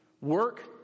Work